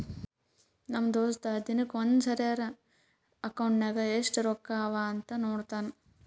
ನಮ್ ದೋಸ್ತ ದಿನಕ್ಕ ಒಂದ್ ಸರಿರೇ ಅಕೌಂಟ್ನಾಗ್ ಎಸ್ಟ್ ರೊಕ್ಕಾ ಅವಾ ಅಂತ್ ನೋಡ್ತಾನ್